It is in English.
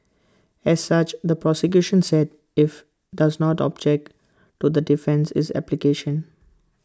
as such the prosecution said if does not object to the defence's is application